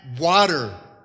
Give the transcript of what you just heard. water